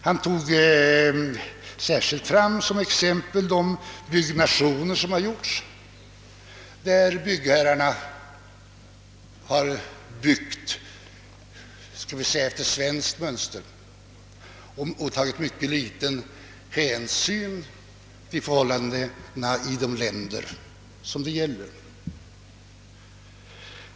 Han tog som särskilt exempel fram de alltför dyrbara byggnationer som «gjorts, där byggherrarna har byggt efter svenskt mönster och tagit mycket liten hänsyn till förhållandena i de länder som det gäller.